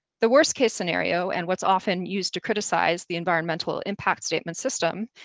the worst case scenario, and what's often used to criticize the environmental impact statement system,